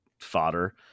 fodder